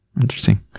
interesting